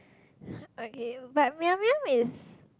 okay but Miam-Miam is